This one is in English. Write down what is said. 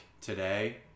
today